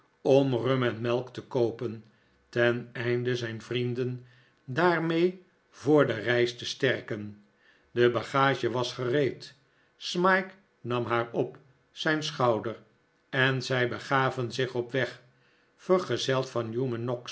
om rum en melk te koopen teneinde zijn vrienden daarmee voor de reis te sterken de bagage was gereed smike nam haar op zijn schouder en zij begaven zich op weg vergezeld van newman